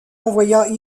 envoya